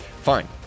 Fine